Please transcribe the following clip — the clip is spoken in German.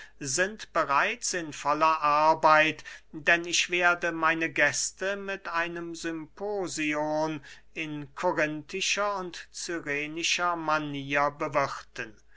sind bereits in voller arbeit denn ich werde meine gäste mit einem symposion in korinthischer und cyrenischer manier bewirthen